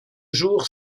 jour